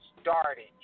started